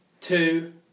Two